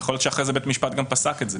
יכול להיות שאחרי זה בית משפט גם פסק את זה.